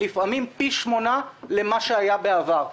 לפעמים פי שמונה ממה שהיה בעבר,